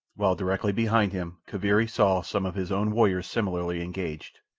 while directly behind him kaviri saw some of his own warriors similarly engaged.